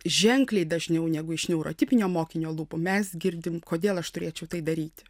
ženkliai dažniau negu iš neurotipinio mokinio lūpų mes girdim kodėl aš turėčiau tai daryti